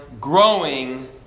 growing